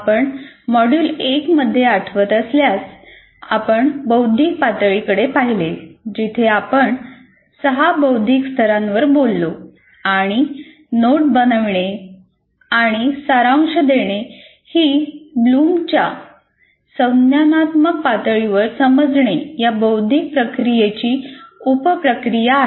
आपण मॉड्यूल 1 मध्ये आठवत असल्यास आपण बौद्धिक पातळीकडे पाहिले जिथे आपण सहा बौद्धिक स्तरांबद्दल बोललो आणि नोट बनविणे आणि सारांश देणे ही ब्लूमच्या संज्ञानात्मक पातळीनुसार 'समजणे' या बौद्धिक प्रक्रियेची उप प्रक्रिया आहे